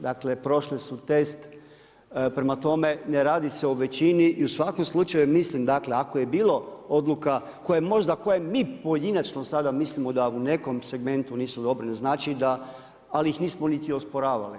Dakle, prošle su test prema tome, ne radi se u većini i u svakom slučaju mislim dakle ako je bilo odluka koje je možda koje mi pojedinačno sada mislimo da u nekom segmentu nisu dobre, ne znači da, ali ih nismo niti osporavali.